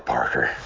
Parker